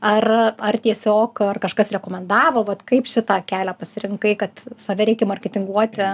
ar ar tiesiog ar kažkas rekomendavo vat kaip šitą kelią pasirinkai kad save reikia marketinguoti